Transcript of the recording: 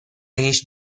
هیچ